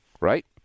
Right